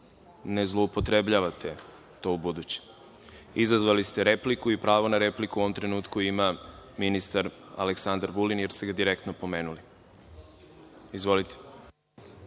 ne zloupotrebljavate to ubuduće. Izazvali ste repliku i pravo na repliku u ovom trenutku ima Aleksandar Vulin, jer ste ga direktno pomenuli.